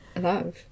love